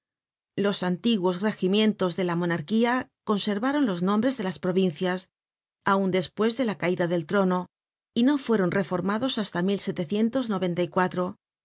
los antiguos regimientos de la monarquía conservaron los nombres de las provincias aun despues de la caida del trono y no fueron reformados hasta pontmercy peleó en